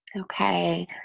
Okay